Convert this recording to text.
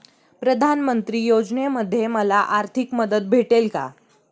प्रधानमंत्री योजनेमध्ये मला आर्थिक मदत भेटेल का?